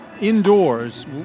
indoors